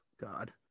God